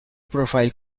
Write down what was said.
profile